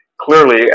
clearly